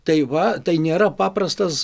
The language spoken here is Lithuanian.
tai va tai nėra paprastas